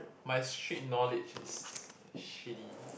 my street knowledge is shitty